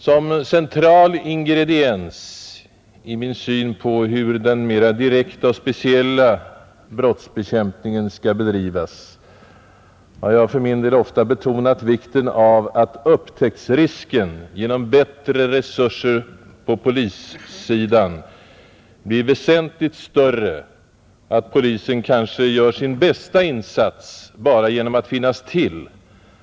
En central ingrediens i min syn på hur den mer direkta och speciella brottsbekämpningen bäst bör bedrivas är att upptäcktsrisken genom bättre resurser på polissidan blir väsentligt större. Polisen gör kanske sin bästa insats bara genom att finnas till. Detta har jag ofta betonat.